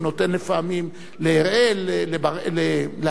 הוא נותן לפעמים להראל לכתוב.